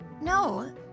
no